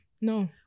no